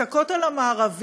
את הכותל המערבי,